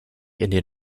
indian